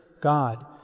God